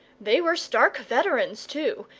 they were stark veterans, too,